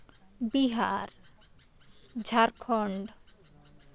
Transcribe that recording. Bihar Jharkhand